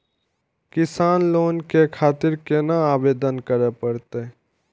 किसान लोन के खातिर केना आवेदन करें परतें?